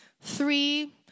three